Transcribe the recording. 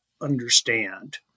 understand